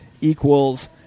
equals